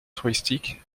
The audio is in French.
touristique